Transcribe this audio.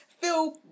feel